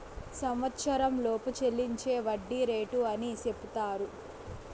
సంవచ్చరంలోపు చెల్లించే వడ్డీ రేటు అని సెపుతారు